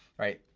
right,